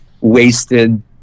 wasted